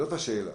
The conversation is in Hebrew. זאת השאלה.